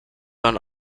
man